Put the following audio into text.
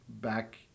back